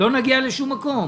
אחרת לא נגיע לשום מקום.